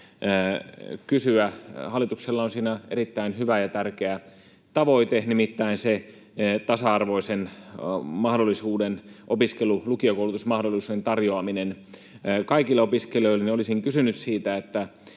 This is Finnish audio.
kysyä. Hallituksella on siinä erittäin hyvä ja tärkeä tavoite, nimittäin se tasa-arvoisen lukiokoulutusmahdollisuuden tarjoaminen kaikille opiskelijoille. Olisin kysynyt siitä, missä